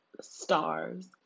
stars